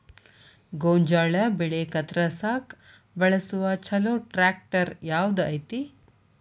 ಗೋಂಜಾಳ ಬೆಳೆ ಕತ್ರಸಾಕ್ ಬಳಸುವ ಛಲೋ ಟ್ರ್ಯಾಕ್ಟರ್ ಯಾವ್ದ್ ಐತಿ?